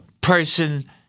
person